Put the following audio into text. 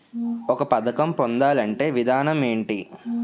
ఒక పథకం పొందాలంటే విధానం ఏంటి?